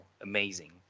amazing